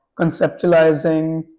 conceptualizing